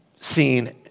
seen